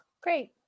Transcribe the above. Great